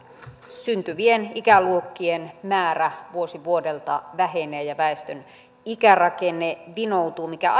syntyvien ikäluokkien määrä vuosi vuodelta vähenee ja väestön ikärakenne vinoutuu mikä